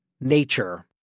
nature